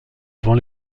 avant